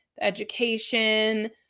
education